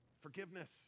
Forgiveness